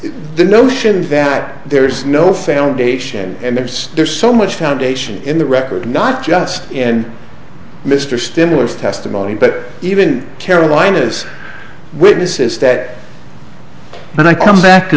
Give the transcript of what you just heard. the notion that there is no foundation and there's there's so much foundation in the record not just in mr stimulus testimony but even carolinas witnesses that when i come back to